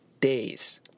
days